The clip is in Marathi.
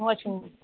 वॉशिंग म